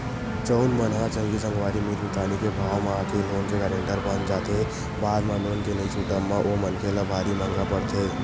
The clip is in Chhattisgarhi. जउन मन ह संगी संगवारी मीत मितानी के भाव म आके लोन के गारेंटर बन जाथे बाद म लोन के नइ छूटब म ओ मनखे ल भारी महंगा पड़थे